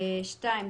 שתיים,